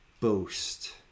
boast